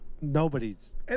Nobody's